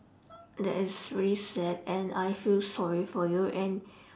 that is really sad and I feel sorry for you and